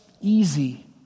easy